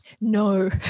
No